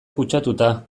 kutsatuta